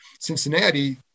cincinnati